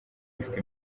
bifite